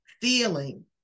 feeling